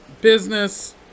business